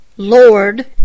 lord